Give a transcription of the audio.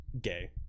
gay